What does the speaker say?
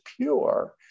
pure